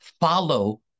follow